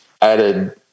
added